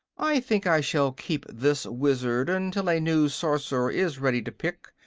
i think i shall keep this wizard until a new sorcerer is ready to pick,